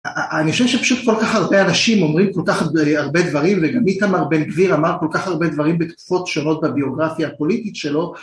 אני חושב שפשוט כל כך הרבה אנשים אומרים כל כך הרבה דברים וגם איתמר בן גביר אמר כל כך הרבה דברים בתקופות שונות בביוגרפיה הפוליטית שלו